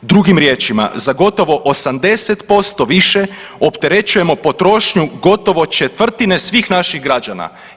Drugim riječima za gotovo 80% više opterećujemo potrošnju gotovo četvrtine svih naših građana.